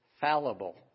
fallible